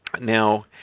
Now